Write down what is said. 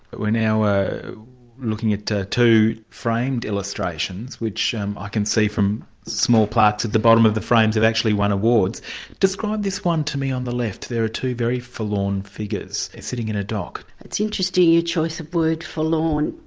we're now looking at two framed illustrations which um i can see from small plaques at the bottom of the frames, have actually won awards describe this one to me on the left, there are two very forlorn figures sitting in a dock. it's interesting your choice of word, forlorn.